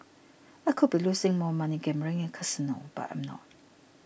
I could be losing more money gambling in a casino but I'm not